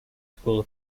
school